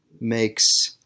makes